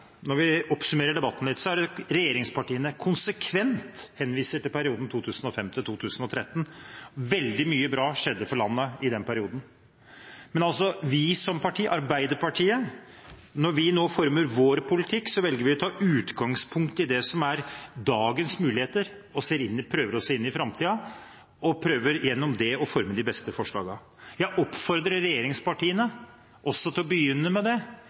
når vi oppsummerer debatten litt, at regjeringspartiene konsekvent henviser til perioden 2005–2013. Veldig mye bra skjedde for landet i den perioden. Men når vi som parti, Arbeiderpartiet, nå former vår politikk, velger vi å ta utgangspunkt i det som er dagens muligheter. Vi prøver å se inn i framtiden og prøver gjennom det å forme de beste forslagene. Jeg oppfordrer regjeringspartiene til også å begynne med det,